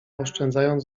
oszczędzając